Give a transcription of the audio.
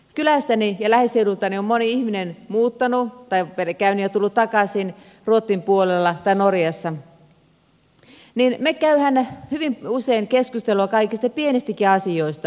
kylästäni ja lähiseudultani on moni ihminen muuttanut tai käynyt ja tullut takaisin ruotsin puolella tai norjassa ja me käymme hyvin usein keskustelua kaikista pienistäkin asioista